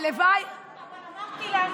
הלוואי, אבל אמרתי לך,